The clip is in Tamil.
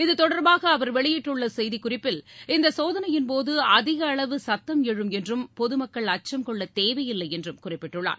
இது தொடர்பாக அவர் வெளியிட்டுள்ள செய்திக் குறிப்பில் இந்த சோதனையின்போது அதிக அளவு சத்தம் எழும் என்றும் பொது மக்கள் அச்சம் கொள்ளத்தேவையில்லை என்றும் குறிப்பிட்டுள்ளார்